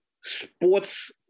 sports